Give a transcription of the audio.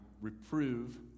reprove